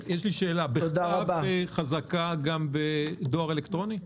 יש לי שאלה: "בכתב" הכוונה גם בדואר אלקטרוני?